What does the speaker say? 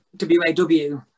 WAW